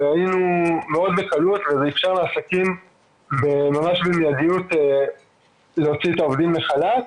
וזה אפשר לעסקים במידיות להוציא את העובדים לחל"ת